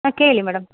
ಹಾಂ ಕೇಳಿ ಮೇಡಮ್